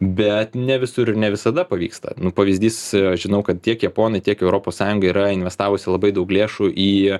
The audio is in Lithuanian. bet ne visur ir ne visada pavyksta nu pavyzdys žinau kad tiek japonai tiek europos sąjunga yra investavusi labai daug lėšų į